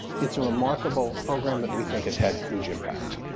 it's a remarkable program that we think has had huge impact.